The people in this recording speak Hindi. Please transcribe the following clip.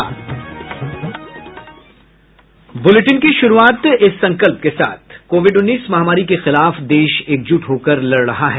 बुलेटिन की शुरूआत से पहले ये संकल्प कोविड उन्नीस महामारी के खिलाफ देश एकजुट होकर लड़ रहा है